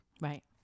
Right